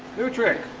new trick